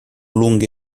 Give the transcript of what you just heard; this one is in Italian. lunghe